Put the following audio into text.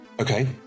Okay